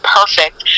perfect